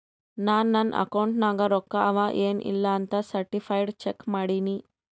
ನಾ ನನ್ ಅಕೌಂಟ್ ನಾಗ್ ರೊಕ್ಕಾ ಅವಾ ಎನ್ ಇಲ್ಲ ಅಂತ ಸರ್ಟಿಫೈಡ್ ಚೆಕ್ ಮಾಡಿನಿ